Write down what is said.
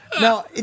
Now